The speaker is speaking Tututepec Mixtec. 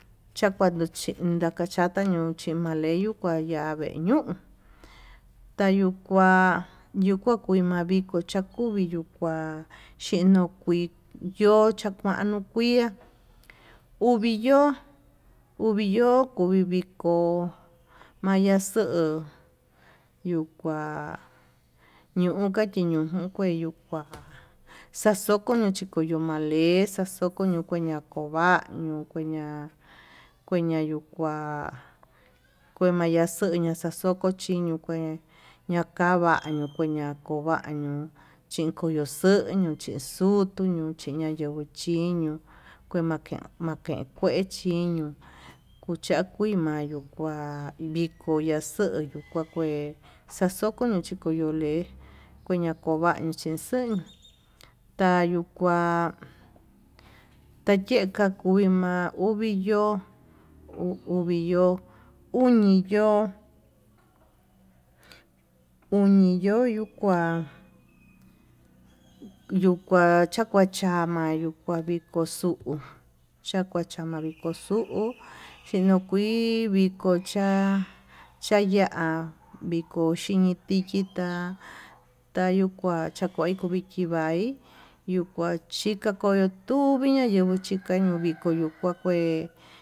Chakuanduchi takachata nduchí, maleyu kuaya vee ñuu tayuu kua yukua kue maviko chakuvi yuu kua xhinokui yo'o chakuano kuiá uvi yo'ó uviyo'ó kovi vikó mayaxuu yuu kua nuaka chiño nokue yuu kua xakoyo yo chikoyo malexa xokoño ña'akova'a ñukuña, kueña yuu kua kueña xaxoña xaxokochiño kué ñakavaño yokovaño ño'o chikoño xuño chí xutuñu chiña'a yonguo chiño'o kue maken maken kuechí ño'o kucha kui mayuu kua, viko ya'a xuyuu kua kué xaxokoña ñachuku yuu le'e kueña kovaño chinxuin, tayukua tayeka kui ma'a uu viiyo uvi yo'ó uñi yo'o uñi yo'o yo kua yuu kua chakua chama, yuu kua viko xuu chakua chama viko xu'u xhinokui viko cha'a xhaya'a viko chi tikitá tayuu kua chakuaí kuu viki kuá ehi yuu kua chika koyo, nduvi ñaxhika chika koyo yuu kua kué.